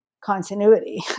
continuity